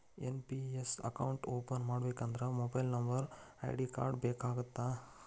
NPS account open ಮಾಡಬೇಕಂದ್ರ mobile number ID card ಬೇಕಾಗತ್ತಾ?